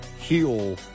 heal